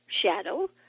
shadow